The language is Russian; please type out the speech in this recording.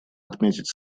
отметить